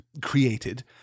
created